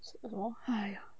是个什么 !aiyo!